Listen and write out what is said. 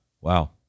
Wow